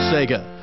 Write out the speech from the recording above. Sega